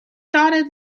dotted